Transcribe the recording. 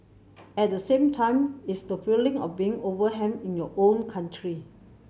at the same time it's the feeling of being overwhelmed in your own country